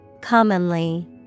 commonly